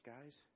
guys